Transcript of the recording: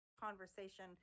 conversation